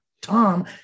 Tom